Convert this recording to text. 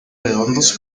redondos